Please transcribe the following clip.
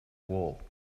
wall